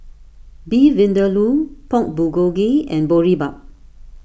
Beef Vindaloo Pork Bulgogi and Boribap